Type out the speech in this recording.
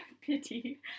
Pity